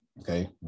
Okay